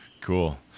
Cool